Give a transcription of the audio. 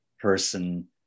person